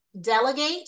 delegate